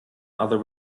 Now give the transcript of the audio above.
other